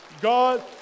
God